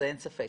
אין ספק,